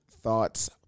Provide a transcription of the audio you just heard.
Thoughts